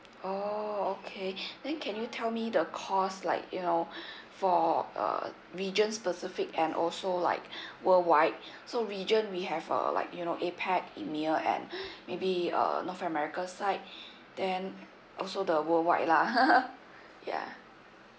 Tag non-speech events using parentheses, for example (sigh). oh okay (breath) then can you tell me the cost like you know (breath) for uh region specific and also like (breath) worldwide so region we have uh like you know APAC EMEA and (breath) maybe uh north america side (breath) then also the worldwide lah (laughs) yeah